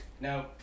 No